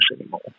anymore